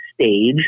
stage